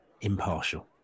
impartial